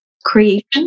creation